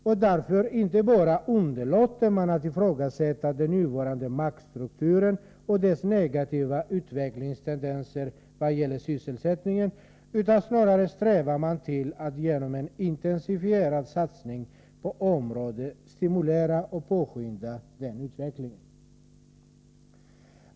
Det är därför inte bara så att man underlåter att ifrågasätta den nuvarande maktstrukturen och dess negativa effekter vad gäller sysselsättningen, utan snarare så att man strävar till att ggnom en intensifierad satsning på området stimulera och påskynda en utveckling som befrämjar dessa företeelser.